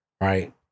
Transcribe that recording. Right